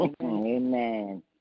Amen